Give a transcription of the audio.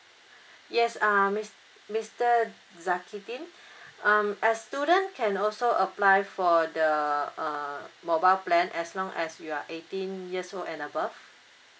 yes uh mis~ mister zakidin as student can also apply for the uh mobile plan as long as you are eighteen years old and above